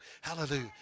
Hallelujah